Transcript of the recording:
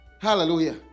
Hallelujah